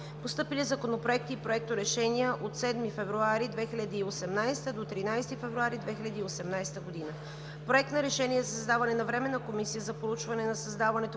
Постъпили законопроекти и проекторешения от 7 февруари 2018 г. до 13 февруари 2018 г.: Проект на решение за създаване на Временна комисия за проучване на създаването,